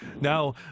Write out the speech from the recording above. Now